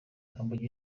humble